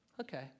Okay